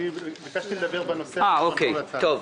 ביקשתי לדבר בנושא שעל סדר היום.